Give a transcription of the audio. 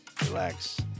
relax